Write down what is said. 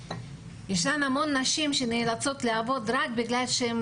ישנן הרבה נשים שנאלצות לעבוד רק בגלל שהן